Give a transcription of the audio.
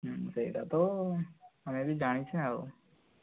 ହୁଁ ସେଇଟା ତ ଆମେ ବି ଜାଣିଛେ ଆଉ